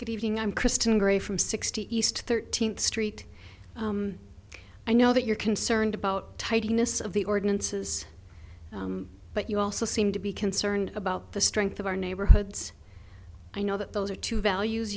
good evening i'm kristen gray from sixty east thirteenth street i know that you're concerned about tightness of the ordinances but you also seem to be concerned about the strength of our neighborhoods i know that those are two values